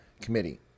committee